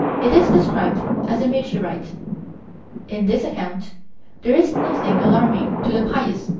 it is described as a meteorite in this account there is nothing alarming to the pious,